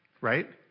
Right